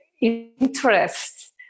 interests